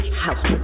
House